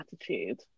attitude